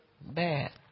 Bad